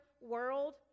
world